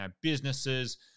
businesses